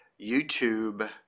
youtube